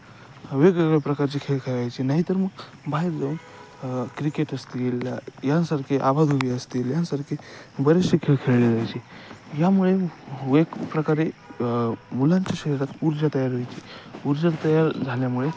वेगवेगळ्या प्रकारचे खेळ खेळायचे नाहीतर मग बाहेर जाऊन क्रिकेट असतील या यांसारखे आबाधुबी असतील यांसारखे बरेचसे खेळ खेळले जायचे यामुळे वेग प्रकारे मुलांच्या शरीरात ऊर्जा तयार व्हायची ऊर्जा तयार झाल्यामुळे